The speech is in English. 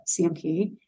CMP